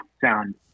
sound